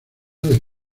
del